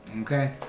Okay